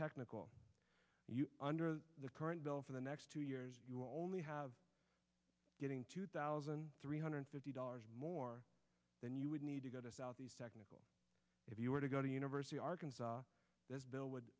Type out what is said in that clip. technical under the current bill for the next two years you only have getting two thousand three hundred fifty dollars more than you would need to go to south these technical if you were to go to university arkansas this bill would